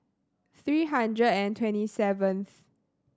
three hundred and twenty seven